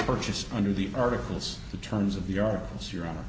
purchase under the articles the terms of the articles your honor